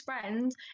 friends